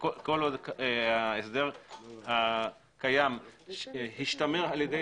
שכל עוד ההסדר הקיים השתמר על-ידי